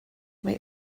mae